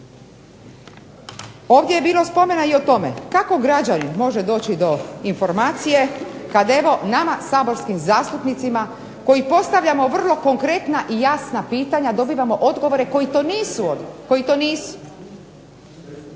Ovdje je bilo spomena i o tome kako građanin može doći do informacije, kad evo nama saborskim zastupnicima, koji postavljamo vrlo konkretna i jasna pitanja dobivamo odgovore koji to nisu.